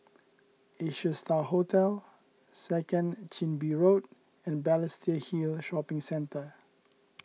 Asia Star Hotel Second Chin Bee Road and Balestier Hill Shopping Centre